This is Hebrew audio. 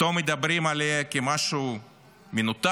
פתאום מדברים עליה כמשהו מנותק,